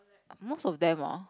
most of them hor